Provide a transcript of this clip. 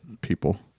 people